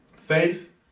faith